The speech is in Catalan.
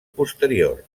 posterior